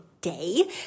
day